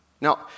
Now